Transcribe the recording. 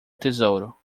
tesouro